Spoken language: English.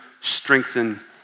strengthen